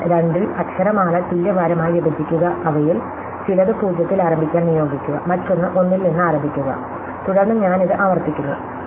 അതിനാൽ രണ്ടിൽ അക്ഷരമാല തുല്യ ഭാരം ആയി വിഭജിക്കുക അവയിൽ ചിലത് 0 ത്തിൽ ആരംഭിക്കാൻ നിയോഗിക്കുക മറ്റൊന്ന് 1 ൽ നിന്ന് ആരംഭിക്കുക തുടർന്ന് ഞാൻ ഇത് ആവർത്തിക്കുന്നു